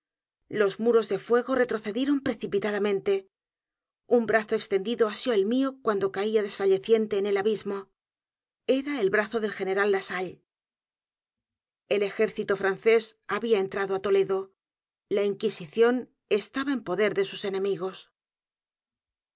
d a m e n t e un brazo extendido asió el mío cuando caía desfalleciente en el abismo e r a el brazo del general lasalle el ejército francés había entrado á toledo la inquisición estaba en poder de sus enemigos